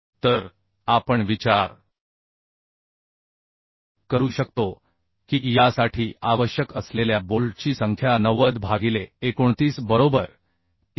तर आपण विचार करू शकतो की यासाठी आवश्यक असलेल्या बोल्टची संख्या 90 भागिले 29 बरोबर 3